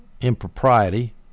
impropriety